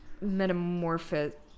Metamorphosis